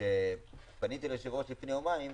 שפניתי ליושב-ראש לפני יומיים,